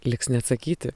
liks neatsakyti